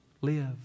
live